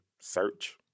Search